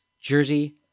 jersey